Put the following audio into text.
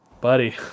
Buddy